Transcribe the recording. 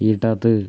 ഇടത്